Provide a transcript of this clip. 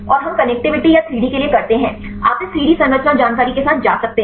और हम कनेक्टिविटी या 3 डी के लिए करते हैं आप इस 3 डी संरचना जानकारी के साथ जा सकते हैं